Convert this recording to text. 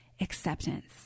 acceptance